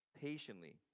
patiently